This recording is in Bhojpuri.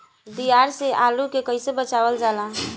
दियार से आलू के कइसे बचावल जाला?